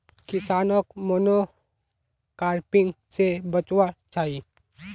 किसानोक मोनोक्रॉपिंग से बचवार चाही